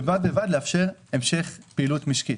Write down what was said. ובד בבד לאפשר המשך פעילות משקית,